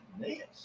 Yes